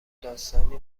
داستانی